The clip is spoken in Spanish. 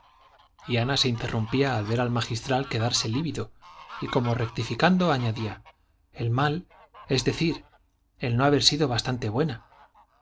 ana se interrumpía al ver al magistral quedarse lívido y como rectificando añadía el mal es decir el no haber sido bastante buena